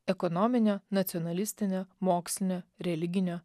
ekonominio nacionalistinio mokslinio religinio